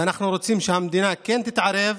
ואנחנו רוצים שהמדינה תתערב,